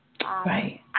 Right